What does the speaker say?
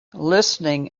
listening